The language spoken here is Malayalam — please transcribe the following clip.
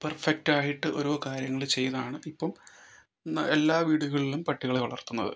പെർഫെക്ടായിട്ട് ഓരോ കാര്യങ്ങള് ചെയ്താണ് ഇപ്പം ന എല്ലാ വീടുകളിലും പട്ടികളെ വളർത്തുന്നത്